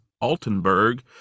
Altenberg